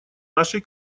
нашей